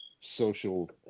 social